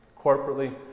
corporately